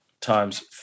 times